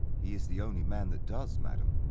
he is the only man that does, madam.